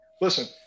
Listen